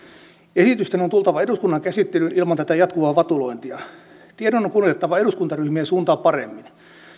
esitysten on tultava eduskunnan käsittelyyn ilman tätä jatkuvaa vatulointia tiedon on kuljettava eduskuntaryhmien suuntaan paremmin